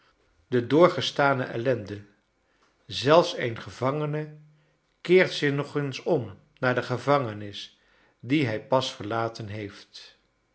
de doorgestane ellende zolfs een gevangene keert zich nog eens om naar de gevangenis die hij pas verlaten heeft